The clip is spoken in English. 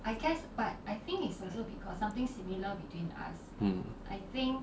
mm